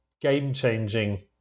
game-changing